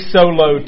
Solo